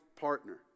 partner